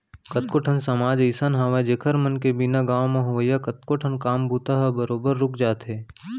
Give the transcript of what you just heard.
कतको ठन समाज अइसन हावय जेखर मन के बिना गाँव म होवइया कतको ठन काम बूता ह बरोबर रुक जाथे